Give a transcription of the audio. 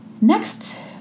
Next